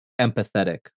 empathetic